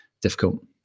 difficult